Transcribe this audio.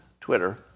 Twitter